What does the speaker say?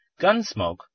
Gunsmoke